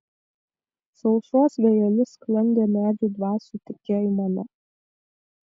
su aušros vėjeliu sklandė medžių dvasių tyki aimana